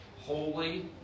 holy